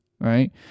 right